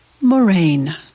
Moraine